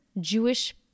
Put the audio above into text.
Jewish